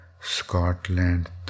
Scotland